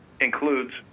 includes